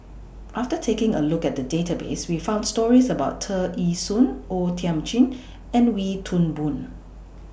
after taking A Look At The Database We found stories about Tear Ee Soon O Thiam Chin and Wee Toon Boon